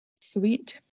Sweet